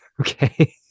Okay